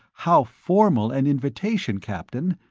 how formal an invitation, captain.